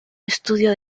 estudio